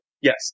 yes